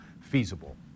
feasible